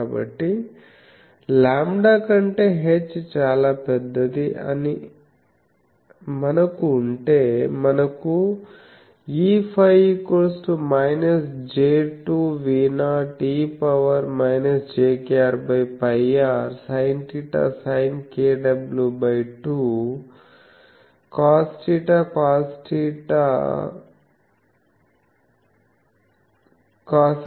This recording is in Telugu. కాబట్టి లాంబ్డా కంటే h చాలా పెద్దది అని మనకు ఉంటే మనకు Eφ≈ j2V0 e jkrπr sinθ sinkw2 cosθcosθcoskl2sinθ sinφ